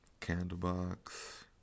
Candlebox